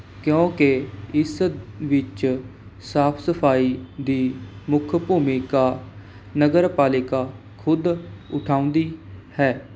ਕਿਉਂਕਿ ਇਸ ਵਿੱਚ ਸਾਫ਼ ਸਫਾਈ ਦੀ ਮੁੱਖ ਭੂਮਿਕਾ ਨਗਰ ਪਾਲਿਕਾ ਖੁਦ ਉਠਾਉਂਦੀ ਹੈ